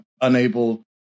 unable